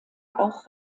auch